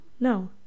No